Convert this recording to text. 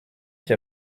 qui